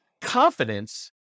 confidence